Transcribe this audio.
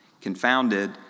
Confounded